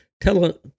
Tell